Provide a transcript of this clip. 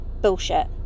bullshit